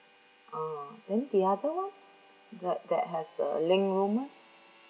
uh then the other one that that has the linked room one